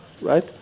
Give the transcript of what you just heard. right